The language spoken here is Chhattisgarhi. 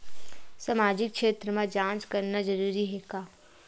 सामाजिक क्षेत्र म जांच करना जरूरी हे का?